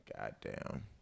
Goddamn